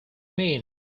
mean